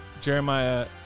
Jeremiah